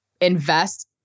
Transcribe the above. invest